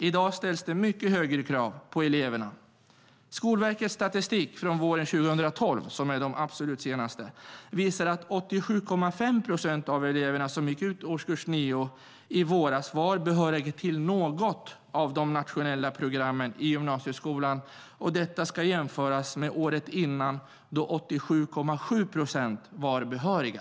I dag ställs det mycket högre krav på eleverna. Skolverkets statistik från våren 2012, som är den absolut senaste, visar att 87,5 procent av eleverna som gick ut årskurs 9 i våras var behöriga till något av de nationella programmen i gymnasieskolan. Detta ska jämföras med året innan då 87,7 procent var behöriga.